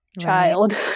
child